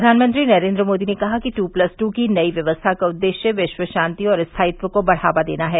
प्रघानमंत्री नरेन्द्र मोदी ने कहा कि ट्र प्लस ट्र की नई व्यवस्था का उद्देश्य विश्वशांति और स्थायित्व को बढ़ावा देना है